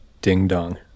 ding-dong